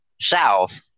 South